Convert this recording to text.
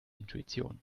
intuition